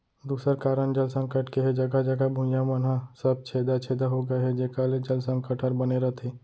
दूसर कारन जल संकट के हे जघा जघा भुइयां मन ह सब छेदा छेदा हो गए हे जेकर ले जल संकट हर बने रथे